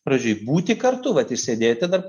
gražiai būti kartu vat išsėdėti dar